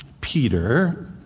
Peter